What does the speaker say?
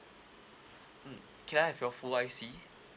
mm can I have your full I_C